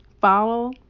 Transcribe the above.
follow